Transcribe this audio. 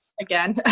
again